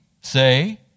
say